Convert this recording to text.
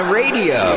radio